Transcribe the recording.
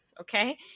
Okay